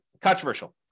controversial